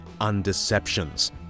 Undeceptions